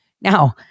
Now